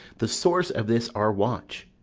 the source of this our watch,